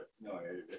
no